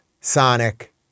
Sonic